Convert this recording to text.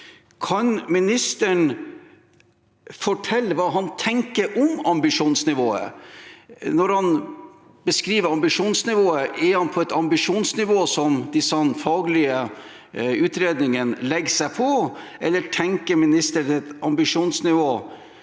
Kan ministeren fortelle hva han tenker om ambisjonsnivået? Når han beskriver ambisjonsnivået, er han på et ambisjonsnivå som de faglige utredningene legger seg på, eller tenker ministeren i sitt stille